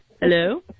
Hello